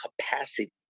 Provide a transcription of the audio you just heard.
capacity